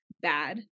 bad